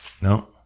No